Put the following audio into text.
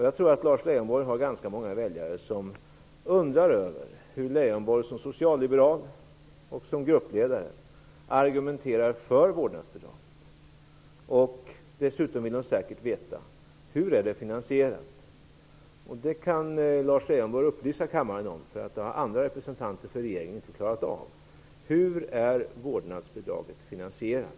Jag tror att Lars Leijonborg har ganska många väljare som undrar över hur Leijonborg som socialliberal och gruppledare kan argumentera för vårdnadsbidraget. Dessutom vill de säkert veta: Hur är det finansierat? Det kan Lars Leijonborg upplysa kammaren om. Det har inte andra representanter för regeringen klarat av. Hur är vårdnadsbidraget finansierat?